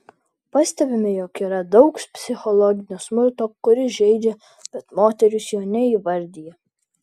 pastebime jog yra daug psichologinio smurto kuris žeidžia bet moterys jo neįvardija